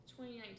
2019